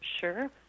Sure